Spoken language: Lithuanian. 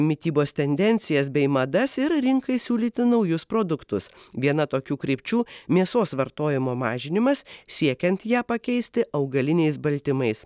mitybos tendencijas bei madas ir rinkai siūlyti naujus produktus viena tokių krypčių mėsos vartojimo mažinimas siekiant ją pakeisti augaliniais baltymais